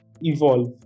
evolve